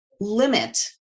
limit